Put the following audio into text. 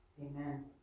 Amen